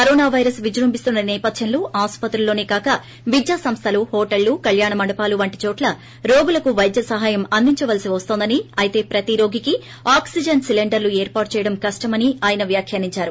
corona virus విజృంభిస్తున్న ప్రస్తుత నేపథ్యంలో ఆసుపత్రులలోసే కాక విద్యా సంస్లు హోటళ్ళు కళ్యాణ మండపాలు వంటి చోట్ల రోగులకు వైద్య సహాయం అందించవలసి వన్తోందని అయితే ప్రతిరోగికీ ఆక్సిజన్ సిలండర్లు ఏర్పాటు చేయడం కష్టమని ఆయన వ్యాఖ్యానిందారు